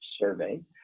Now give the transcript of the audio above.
survey